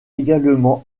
également